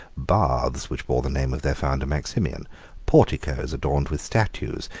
baths, which bore the name of their founder maximian porticos adorned with statues,